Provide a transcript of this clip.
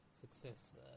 success